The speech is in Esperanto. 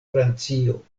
francio